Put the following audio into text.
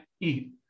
eat